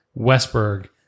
Westberg